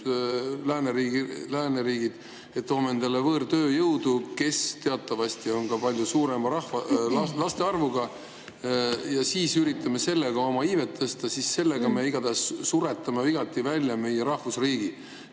lääneriigid ja toome endale võõrtööjõudu, kes teatavasti on palju suurema laste arvuga, ja üritame sellega oma iivet tõsta, siis sellega me igatahes suretame välja meie rahvusriigi.